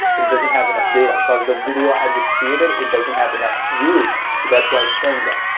it doesn't have enough data. because the video i just created, it doesn't have enough views. so, that's why it's saying that.